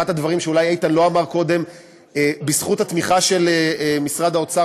אחד הדברים שאולי איתן לא אמר קודם הוא שבזכות התמיכה של משרד האוצר,